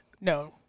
No